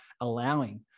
allowing